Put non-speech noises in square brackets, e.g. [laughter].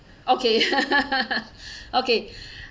okay [laughs] okay